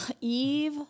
Eve